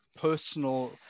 personal